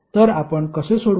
तर आपण कसे सोडवाल